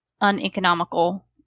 uneconomical